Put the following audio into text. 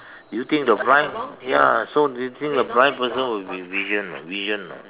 do you think the blind ya so do you think the blind person will be vision you know vision you know